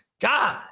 God